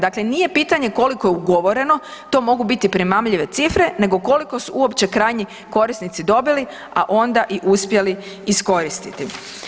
Dakle nije pitanje koliko je ugovoreno, to mogu biti primamljive cifre nego koliko su uopće krajnji korisnici dobili, a onda i uspjeli iskoristiti.